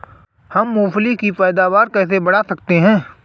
हम मूंगफली की पैदावार कैसे बढ़ा सकते हैं?